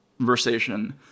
versation